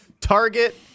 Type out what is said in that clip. Target